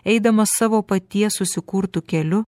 eidamas savo paties susikurtu keliu